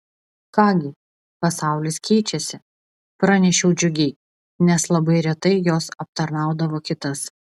ką gi pasaulis keičiasi pranešiau džiugiai nes labai retai jos aptarnaudavo kitas